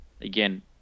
Again